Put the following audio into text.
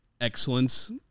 excellence